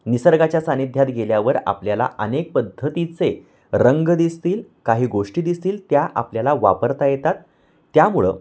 निसर्गाच्या सान्निध्यात गेल्यावर आपल्याला अनेक पद्धतीचे रंग दिसतील काही गोष्टी दिसतील त्या आपल्याला वापरता येतात त्यामुळं